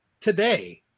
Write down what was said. today